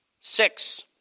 six